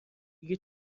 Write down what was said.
دیگه